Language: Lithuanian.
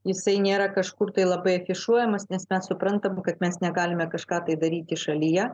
jisai nėra kažkur tai labai afišuojamas nes mes suprantam kad mes negalime kažką tai daryti šalyje